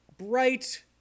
bright